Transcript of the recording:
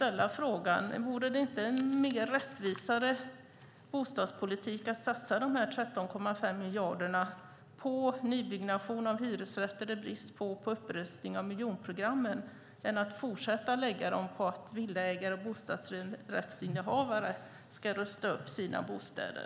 Är det inte en mer rättvis bostadspolitik att satsa de 13,5 miljarderna på nybyggnation av hyresrätter och där det är brist på upprustade miljonprogramslägenheter än att fortsätta att lägga dem på att villaägare och bostadsrättsinnehavare ska rusta upp sina bostäder?